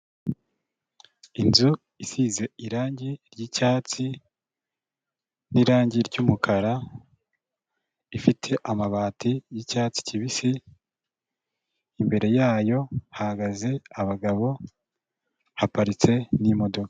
Inzu isize irangi ry'icyatsi n'irangi ry'umukara, ifite amabati y'icyatsi kibisi, imbere yayo hahagaze abagabo, haparitse n'imodoka.